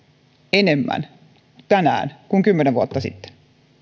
enemmän tänään kuin kymmenen vuotta sitten